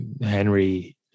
Henry